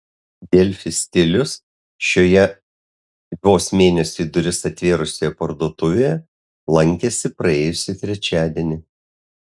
delfi stilius šioje vos mėnesiui duris atvėrusioje parduotuvėje lankėsi praėjusį trečiadienį